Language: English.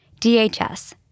DHS